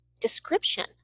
description